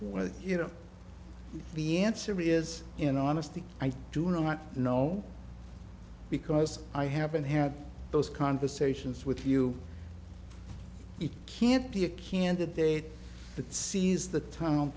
where you know the answer is you know honestly i do not know because i haven't had those conversations with you it can't be a candidate that sees the tunnel